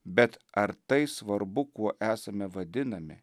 bet ar tai svarbu kuo esame vadinami